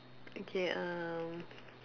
okay um